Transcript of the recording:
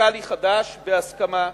פיסקלי חדש, בהסכמה.